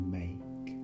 make